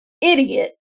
idiot